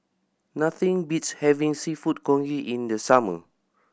nothing beats having Seafood Congee in the summer